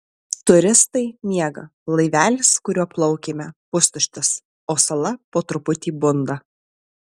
turistai miega laivelis kuriuo plaukėme pustuštis o sala po truputį bunda